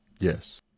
Yes